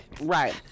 right